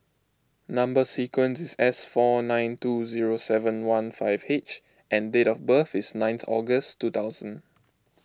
Number Sequence is S four nine two zero seven one five H and date of birth is ninth August two thousand